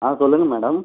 ஆ சொல்லுங்கள் மேடம்